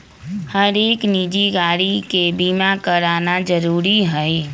हरेक निजी गाड़ी के बीमा कराना जरूरी हई